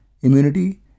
immunity